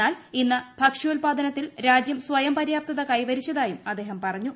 എന്നാൽ ഇന്ന് ഭക്ഷ്യോല്പാദനത്തിൽ രാജ്യം സ്വയംപര്യാപ്തത കൈവരിച്ചതായും അദ്ദേഹം പറഞ്ഞു